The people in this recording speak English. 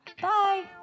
Bye